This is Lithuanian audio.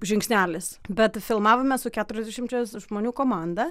žingsnelis bet filmavome su keturiasdešimčia žmonių komanda